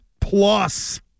plus